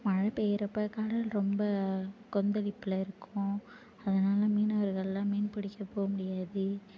மழை பெய்யிறப்போ கடல் ரொம்ப கொந்தளிப்பில் இருக்கும் அதனால மீனவர்களால் மீன் பிடிக்க போ முடியாது